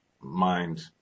mind